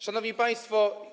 Szanowni Państwo!